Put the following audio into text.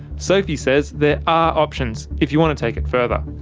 sophie says there are options if you want to take it further.